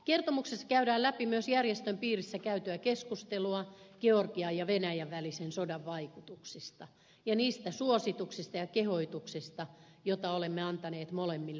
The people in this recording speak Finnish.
kertomuksessa käydään läpi myös järjestön piirissä käytyä keskustelua georgian ja venäjän välisen sodan vaikutuksista ja niistä suosituksista ja kehotuksista joita olemme antaneet molemmille osapuolille